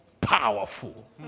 powerful